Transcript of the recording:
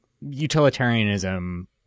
utilitarianism